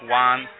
one